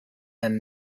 and